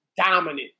dominant